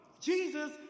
Jesus